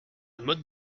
mode